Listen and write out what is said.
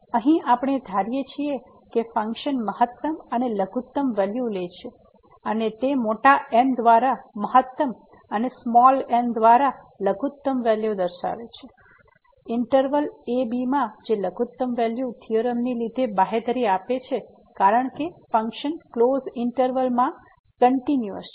તેથી અહીં આપણે ધારીએ છીએ કે ફંક્શન મહત્તમ અને લઘુત્તમ વેલ્યુ લે છે અને તે મોટા M દ્વારા મહત્તમ અને નાના m દ્વારા લઘુત્તમ વેલ્યુ દર્શાવે છે ઈંટરવલ ab માં જે લઘુત્તમ વેલ્યુ થિયોરમ ને લીધે બાહેધરી આપે છે કારણ કે ફંક્શન ક્લોઝ ઈંટરવલ માં કંટીન્યુયસ છે